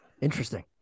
interesting